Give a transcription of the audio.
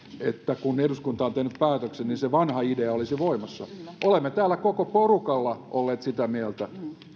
että kun eduskunta on tehnyt päätöksen niin se vanha idea olisi voimassa olemme täällä koko porukalla olleet sitä mieltä